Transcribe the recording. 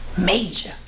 Major